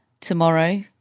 tomorrow